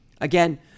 Again